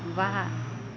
वाह